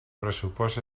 pressupost